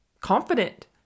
confident